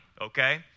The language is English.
okay